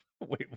wait